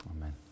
amen